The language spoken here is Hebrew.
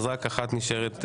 אז רק אחת נשארת.